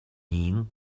means